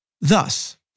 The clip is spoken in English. Thus